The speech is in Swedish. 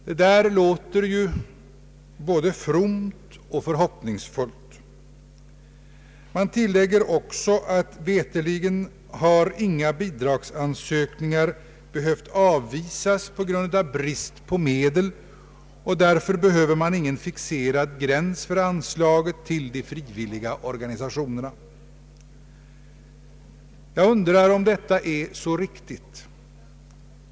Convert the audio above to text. Detta låter ju både fromt och förhoppningsfullt. Man tillägger också att veterligen inga bidragsansökningar har behövt avvisas på grund av brist på medel och därför behöver man ingen fixerad gräns för anslaget till de frivilliga organisationerna. Jag undrar om detta är riktigt.